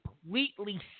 completely